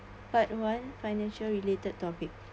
part one financial related topic